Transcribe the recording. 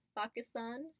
pakistan